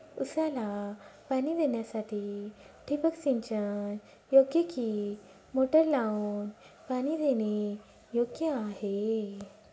ऊसाला पाणी देण्यासाठी ठिबक सिंचन योग्य कि मोटर लावून पाणी देणे योग्य आहे?